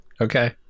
Okay